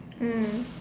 mm